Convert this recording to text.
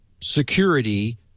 security